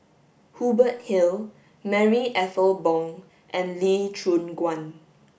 Hubert Hill Marie Ethel Bong and Lee Choon Guan